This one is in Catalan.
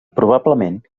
probablement